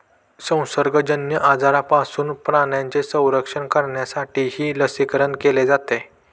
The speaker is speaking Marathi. संसर्गजन्य आजारांपासून प्राण्यांचे संरक्षण करण्यासाठीही लसीकरण केले जाते